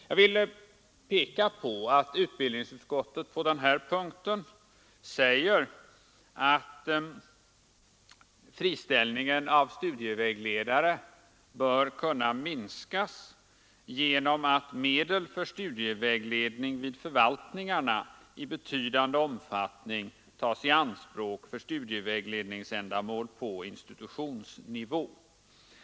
Jag vill peka på att utbildningsutskottet på den här punkten säger att friställningen av studievägledare bör kunna minskas genom att ”medel för studievägledning vid förvaltningarna i betydande omfattning tas i anspråk för studievägledningsändamål på institutionsnivå”.